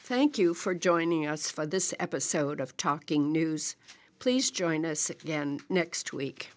thank you for joining us for this episode of talking news please join us again next week